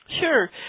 Sure